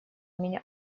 меня